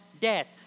death